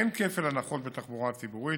אין כפל הנחות בתחבורה הציבורית,